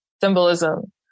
symbolism